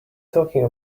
talking